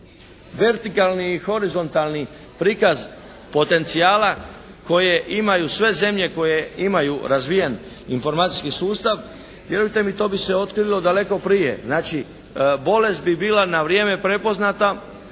vertikalni i horizontalni prikaz potencijala koje imaju sve zemlje koje imaju razvijen informacijski sustav vjerujte mi to bi se otkrilo daleko prije. Znači, bolest bi bila na vrijeme prepoznata